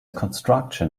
construction